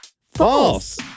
False